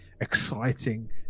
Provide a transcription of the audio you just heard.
exciting